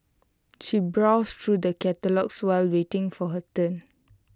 she browsed through the catalogues while waiting for her turn